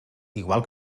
igual